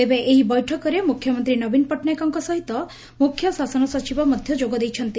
ତେବେ ଏହି ବୈଠକରେ ମୁଖ୍ୟମନ୍ତୀ ନବୀନ ପଟ୍ଟନାୟକଙ୍କ ସହିତ ମୁଖ୍ୟ ଶାସନ ସଚିବ ମଧ୍ଧ ଯୋଗ ଦେଇଛନ୍ତି